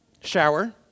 Shower